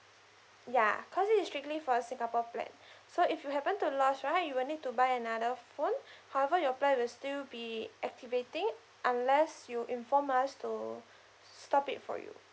ya cause it is strictly for singapore plan so if you happen to lost right you will need to buy another phone however your plan will still be activating unless you inform us to stop it for you